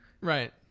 Right